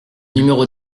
numéro